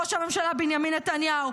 ראש הממשלה בנימין נתניהו,